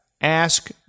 Ask